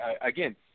Again